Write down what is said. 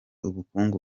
ubukungu